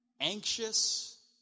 anxious